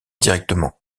directement